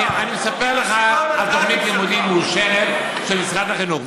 אני אספר לך על תוכנית לימודים מאושרת של משרד החינוך.